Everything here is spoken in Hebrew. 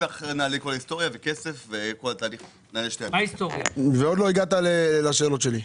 ועוד לא הגעת לשאלות שלי.